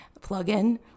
plug-in